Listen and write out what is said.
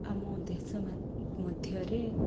ଆମ ଦେଶ ମଧ୍ୟରେ